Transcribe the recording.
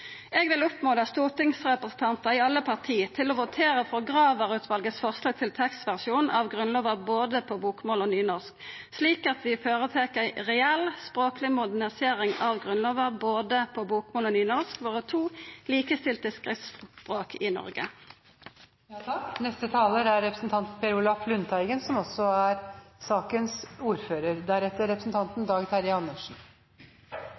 Eg vil oppmoda stortingsrepresentantar i alle parti til å votera for Graver-utvalet sitt forslag til tekstversjon av lova på både bokmål og nynorsk, slik at vi føretar ei reell språkleg modernisering av Grunnlova på både bokmål og nynorsk, våre to likestilte skriftspråk i Noreg. Jeg har noen korte kommentarer til noen innlegg: Representanten